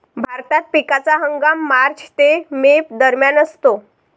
भारतात पिकाचा हंगाम मार्च ते मे दरम्यान असतो